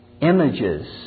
images